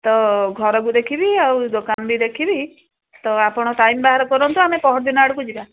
ତ ଘରକୁ ଦେଖିବି ଆଉ ଦୋକାନ ବି ଦେଖିବି ତ ଆପଣ ଟାଇମ୍ ବାହାର କରନ୍ତୁ ଆମେ ପହର ଦିନ ଆଡ଼କୁ ଯିବା